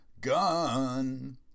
gun